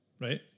Right